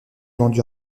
vendus